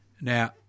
Now